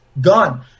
gone